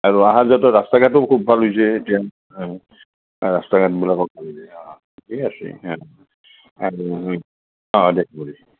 আৰু অহা যোৱাতো ৰাস্তা ঘাটো খুব ভাল হৈছে এতিয়া ৰাস্তা ঘাটবিলাকক